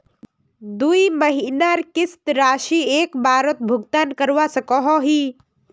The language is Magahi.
दुई महीनार किस्त राशि एक बारोत भुगतान करवा सकोहो ही?